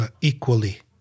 equally